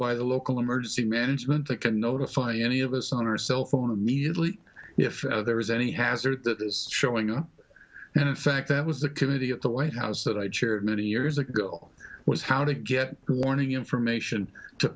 by the local emergency management that can notify any of us on our cell phone immediately if there is any hazard that is showing up and in fact that was the committee at the white house that i chaired many years ago was how to get warning information to